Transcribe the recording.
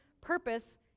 purpose